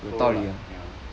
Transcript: true lah ya